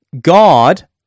God